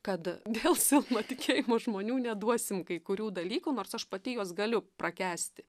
kad dėl silpno tikėjimo žmonių neduosim kai kurių dalykų nors aš pati juos galiu prakęsti